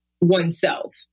oneself